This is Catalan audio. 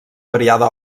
variada